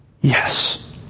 Yes